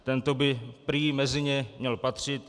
Tento by prý mezi ně měl patřit.